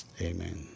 Amen